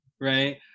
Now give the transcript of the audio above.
right